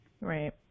Right